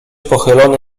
pochylony